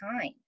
time